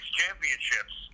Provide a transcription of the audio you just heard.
championships